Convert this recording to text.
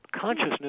consciousness